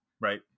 right